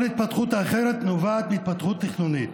כל התפתחות אחרת נובעת מהתפתחות תכנונית.